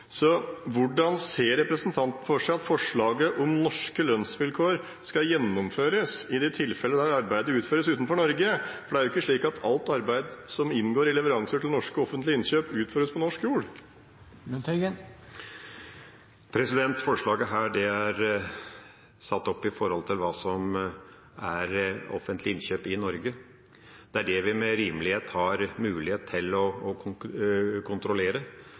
så hvordan ser representanten for seg at forslaget om norske lønnsvilkår skal gjennomføres i de tilfellene der arbeidet utføres utenfor Norge? For det er jo ikke slik at alt arbeid som inngår i leveranser til norske offentlige innkjøp, utføres på norsk jord. Dette forslaget er satt opp med tanke på hva som er offentlige innkjøp i Norge. Det er det vi med rimelighet har mulighet til å